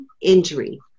injury